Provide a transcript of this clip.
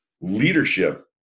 leadership